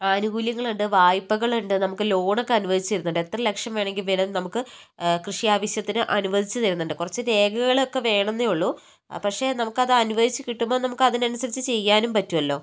ആനുകൂല്യങ്ങളുണ്ട് വായ്പ്പകളുണ്ട് നമുക്ക് ലോണൊക്കെ അനുവദിച്ചു തരുന്നുണ്ട് എത്ര ലക്ഷം വേണെൽ നമുക്ക് കൃഷി ആവശ്യത്തിന് അനുവദിച്ചു തരുന്നുണ്ട് കുറച്ച് രേഖകള് ഒക്കെ വേണം എന്നെ ഒളളൂ പക്ഷേ നമുക്കത് അനുവദിച്ചു കിട്ടുമ്പോൾ അതിനൻസരിച്ച് ചെയ്യാനും പറ്റുമല്ലോ